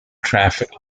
traffic